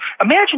imagine